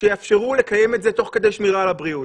שיאפשרו לקיים את זה תוך כדי שמירה על הבריאות?